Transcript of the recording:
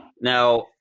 Now